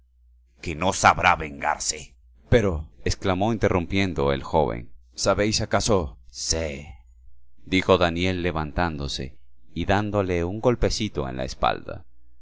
que no sabrá vengarse pero exclamó interrumpiéndole el joven sabéis acaso sé dijo daniel levantándose y dándole un golpecito en la espalda